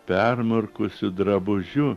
permirkusiu drabužiu